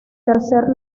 tercer